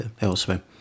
elsewhere